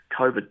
COVID